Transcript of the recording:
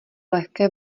lehké